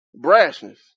Brashness